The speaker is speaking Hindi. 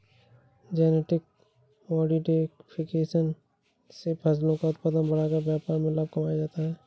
जेनेटिक मोडिफिकेशन से फसलों का उत्पादन बढ़ाकर व्यापार में लाभ कमाया जाता है